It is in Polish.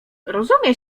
rozumie